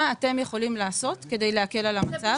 מה אתם יכולים לעשות כדי להקל על המצב?